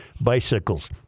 bicycles